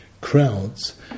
crowds